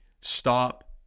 Stop